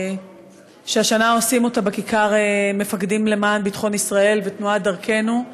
והשנה עושים אותה בכיכר "מפקדים למען ביטחון ישראל" ותנועת דרכנו.